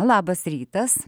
labas rytas